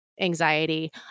anxiety